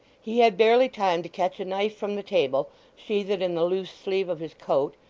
he had barely time to catch a knife from the table, sheathe it in the loose sleeve of his coat,